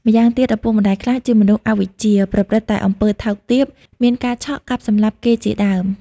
ម្យ៉ាងទៀត ឪពុកម្ដាយខ្លះជាមនុស្សអវិជ្ជា ប្រព្រឹត្តតែអំពើថោកទាប មានការឆក់ កាប់សម្លាប់គេជាដើម ។